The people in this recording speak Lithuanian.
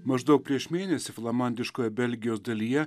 maždaug prieš mėnesį flamandiškoje belgijos dalyje